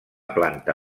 planta